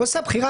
הוא עשה בחירה,